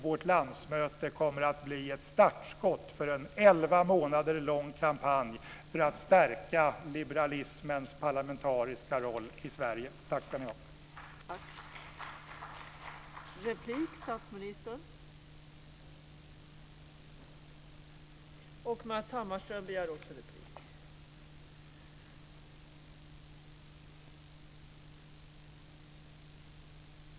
Vårt landsmöte kommer att bli ett startskott för en elva månader lång kampanj för att stärka liberalismens parlamentariska roll i Sverige. Tack ska ni ha.